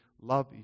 love